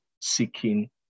seeking